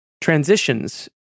transitions